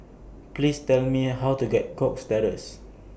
Please Tell Me How to get Cox Terrace